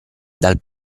dal